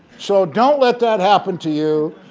so don't let that happen to you.